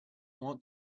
want